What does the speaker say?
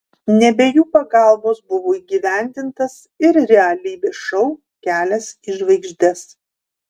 ne be jų pagalbos buvo įgyvendintas ir realybės šou kelias į žvaigždes